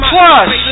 Plus